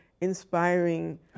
inspiring